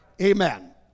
amen